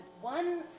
one